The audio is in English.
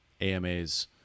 AMAs